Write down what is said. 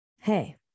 hey